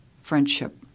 friendship